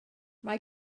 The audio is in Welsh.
mae